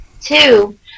Two